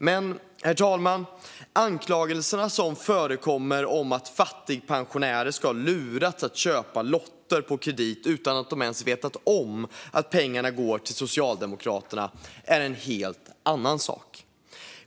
Men anklagelserna som förekommer om att fattigpensionärer ska ha lurats att köpa lotter på kredit utan att de ens vetat om att pengarna går till Socialdemokraterna är en helt annan sak.